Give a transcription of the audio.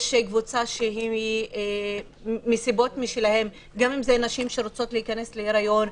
יש קבוצה שמסיבותיה שלה גם אם זה נשים שרוצות להיכנס להיריון,